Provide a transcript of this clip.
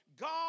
God